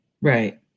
Right